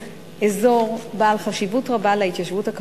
אזור בעל חשיבות רבה להתיישבות הכפרית,